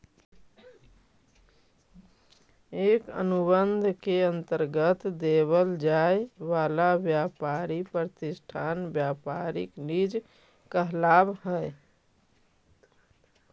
एक अनुबंध के अंतर्गत देवल जाए वाला व्यापारी प्रतिष्ठान व्यापारिक लीज कहलाव हई